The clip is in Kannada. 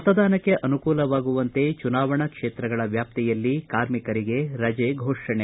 ಮತದಾನಕ್ಕೆ ಅನುಕೂಲವಾಗುವಂತೆ ಚುನಾವಣಾ ಕ್ಷೇತ್ರಗಳ ವ್ಯಾಪ್ತಿಯಲ್ಲಿ ಕಾರ್ಮಿಕರಿಗೆ ರಜೆ ಘೋಷಣೆ